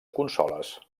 consoles